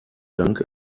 dank